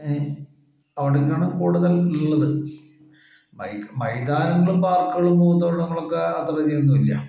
ഏഹ് അവിടൊക്കെ ആണ് കൂടുതൽ ഉള്ളത് മൈ മൈതാനങ്ങളും പാർക്കുകളും പൂന്തോട്ടങ്ങളും ഒക്ക അത്ര അധികം ഒന്നും ഇല്ല്യ